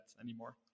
anymore